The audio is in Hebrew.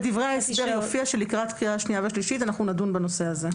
בדברי ההסבר מופיע שלקראת קריאה שנייה ושלישית אנחנו נדון בנושא הזה.